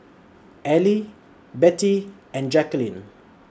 Ally Bettie and Jacquelin